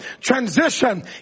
Transition